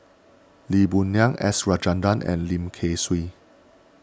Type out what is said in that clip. Lee Boon Ngan S Rajendran and Lim Kay Siu